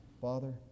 Father